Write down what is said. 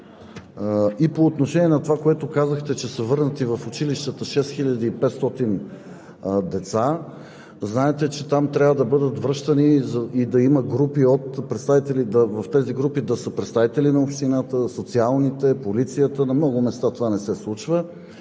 По отношение на това, което казахте – че са върнати в училищата 6500 деца. Знаете, че там трябва да бъдат връщани и да има в тези групи представители на общината, на социалните, на полицията. На много места това не се случва.